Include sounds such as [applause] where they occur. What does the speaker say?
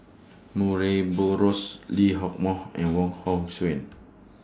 [noise] Murray Buttrose Lee Hock Moh and Wong Hong Suen